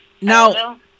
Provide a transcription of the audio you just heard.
Now